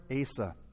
Asa